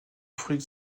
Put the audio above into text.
fruits